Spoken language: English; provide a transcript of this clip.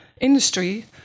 industry